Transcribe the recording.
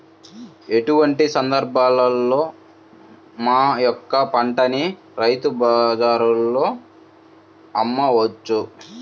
ఎటువంటి సందర్బాలలో మా యొక్క పంటని రైతు బజార్లలో అమ్మవచ్చు?